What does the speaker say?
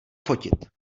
fotit